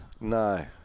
No